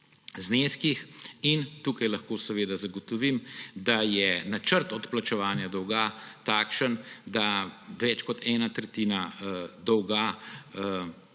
zneskih. Tukaj lahko zagotovim, da je načrt odplačevanja dolga takšen, da bo več kot ena tretjina dolga